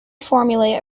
formulate